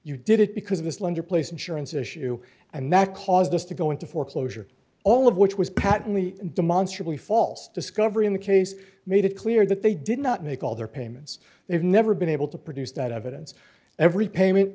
you did it because this lender placed insurance issue and that caused us to go into foreclosure all of which was patently demonstrably false discovery in the case made it clear that they did not make all their payments they have never been able to produce that evidence every payment